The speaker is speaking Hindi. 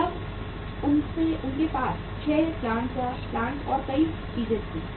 तब उनके पास 6 पौधे और कई चीजें थीं